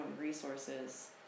resources